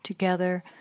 Together